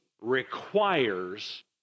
requires